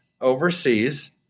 overseas